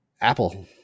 Apple